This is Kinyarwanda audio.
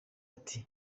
ati